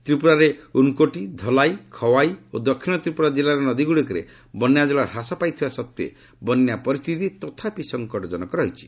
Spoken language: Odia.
ତ୍ରିପୁରାରେ ଉନକୋଟି ଧଲାଇ ଖୱାଇ ଓ ଦକ୍ଷିଣ ତ୍ରିପୁରା ଜିଲ୍ଲାର ନଦୀଗୁଡ଼ିକରେ ବନ୍ୟାଜଳ ହ୍ରାସ ପାଇଥିବା ସତ୍ତ୍ୱେ ବନ୍ୟା ପରିସ୍ଥିତି ତଥାପି ସଂକଟଜନକ ରହିଛି